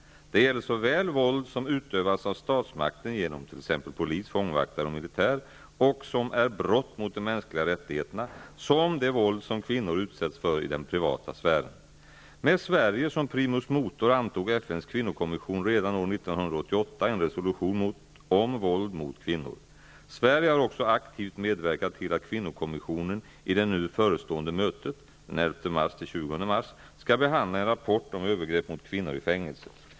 Det gäller såväl våld, som utövas av statsmakten genom t.ex. polis, fångvaktare och militär och som är brott mot de mänskliga rättigheterna, som det våld som kvinnor utsätts för i den privata sfären. Med Sverige som primus motor antog FN:s kvinnokommission redan är 1988 en resolution om våld mot kvinnor. Sverige har också aktivt medverkat till att kvinnokommissionen, i det nu förestående mötet den 11--20 mars, skall behandla en rapport om övergrepp mot kvinnor i fängelse.